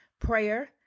prayer